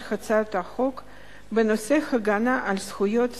הצעות חוק בנושא הגנה על זכויות שכירים,